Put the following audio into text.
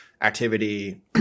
activity